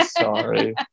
sorry